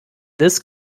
this